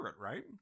right